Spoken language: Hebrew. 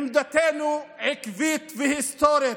עמדתנו עקבית והיסטורית.